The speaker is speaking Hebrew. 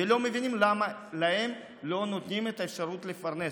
ולא מבינים למה להם לא נותנים את האפשרות לפרנס.